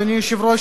אדוני היושב-ראש,